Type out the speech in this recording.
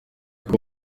kuba